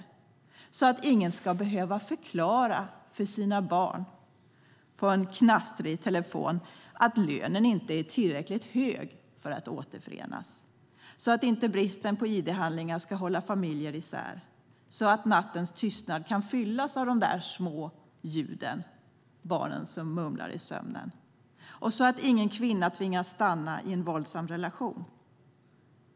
Ingen ska på en knastrig telefon behöva förklara för sina barn att lönen inte är tillräckligt hög för att återförenas. Bristen på ID-handlingar ska inte hålla familjer isär. Nattens tystnad ska fyllas av de små ljuden, barnen som mumlar i sömnen. Ingen kvinna ska tvingas stanna i en våldsam relation.